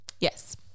Yes